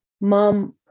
Mom